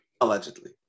Allegedly